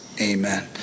amen